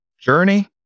journey